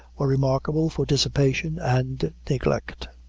were remarkable for dissipation and neglect.